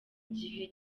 gihe